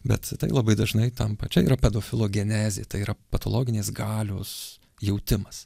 bet tai labai dažnai tampa čia yra pedofilo genezė tai yra patologinės galios jautimas